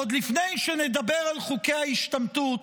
עוד לפני שנדבר על חוקי ההשתמטות,